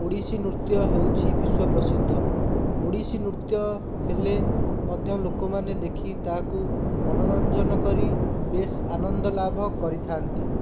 ଓଡ଼ିଶୀ ନୃତ୍ୟ ହେଉଛି ବିଶ୍ଵପ୍ରସିଦ୍ଧ ଓଡ଼ିଶୀ ନୃତ୍ୟ ହେଲେ ମଧ୍ୟ ଲୋକମାନେ ଦେଖି ତାହାକୁ ମନୋରଞ୍ଜନ କରି ବେଶ ଆନନ୍ଦ ଲାଭ କରିଥାନ୍ତି